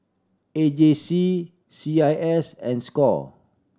A J C C I S and score